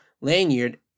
lanyard